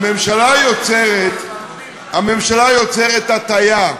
הממשלה יוצרת הטיה,